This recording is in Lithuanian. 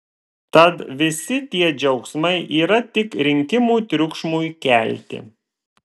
tad visi tie džiaugsmai yra tik rinkimų triukšmui kelti